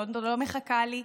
לונדון לא מחכה לי,